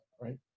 right